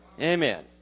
Amen